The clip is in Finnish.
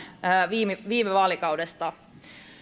viime viime vaalikaudesta